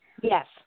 Yes